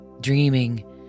Dreaming